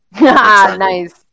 nice